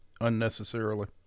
unnecessarily